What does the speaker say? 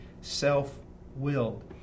self-willed